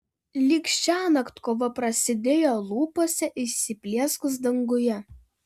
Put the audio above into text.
lyg šiąnakt kova prasidėjo lūpose įsiplieskus danguje